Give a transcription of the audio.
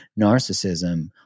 narcissism